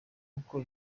uko